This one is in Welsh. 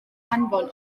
anfon